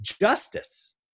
justice